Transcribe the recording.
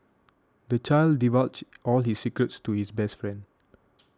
the child divulged all his secrets to his best friend